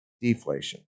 deflation